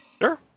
Sure